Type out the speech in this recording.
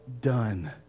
done